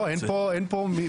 מה אתה רוצה?